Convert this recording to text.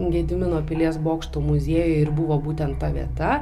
gedimino pilies bokšto muziejuje ir buvo būtent ta vieta